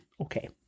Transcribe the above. Okay